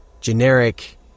generic